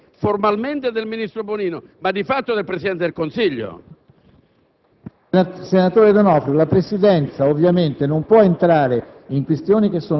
deciso che la questione è rappresentata dal ministro Bonino perché la questione è il presidente del Consiglio Prodi. Evitiamo di credere che sia in gioco la questione del ministro Bonino!